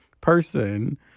person